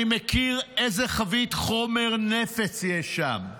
אני מכיר איזו חבית חומר נפץ יש שם.